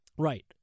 Right